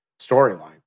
storyline